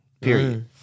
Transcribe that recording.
period